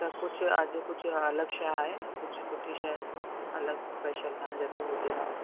त कुझु अॼु कुझु अलॻि शइ आहे कुझु सुठी शइ अलॻि स्पैशल तव्हांजे अगरि हुजे त